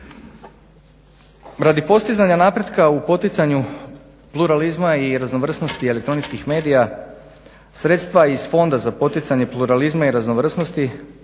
Radi postizanja napretka u poticanju pluralizma i raznovrsnosti elektroničkih medija sredstva iz Fonda za poticanje pluralizma i raznovrsnosti